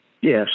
Yes